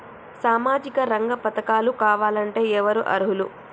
సామాజిక రంగ పథకాలు కావాలంటే ఎవరు అర్హులు?